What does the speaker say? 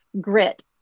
grit